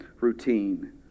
routine